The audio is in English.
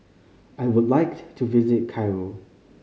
I would like to visit Cairo